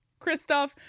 Kristoff